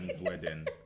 wedding